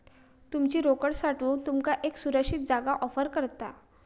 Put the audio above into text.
तुमची रोकड साठवूक तुमका एक सुरक्षित जागा ऑफर करता